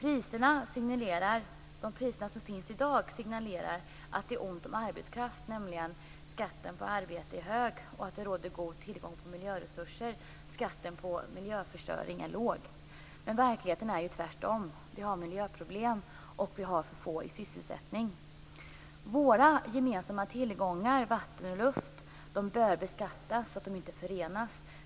De priser som gäller i dag signalerar att det är ont om arbetskraft när skatten på arbete är hög, och att det är god tillgång på miljöresurser när skatten på miljöförstöring är låg. I verkligheten är det tvärtom. Vi har miljöproblem, och vi har för få i sysselsättning. Våra gemensamma tillgångar vatten och luft bör beskattas så att de inte förorenas.